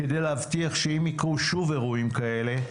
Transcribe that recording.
כדי להבטיח שאם יקרו שוב אירועים כאלה,